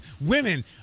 women